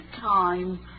time